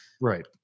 Right